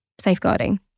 safeguarding